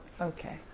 Okay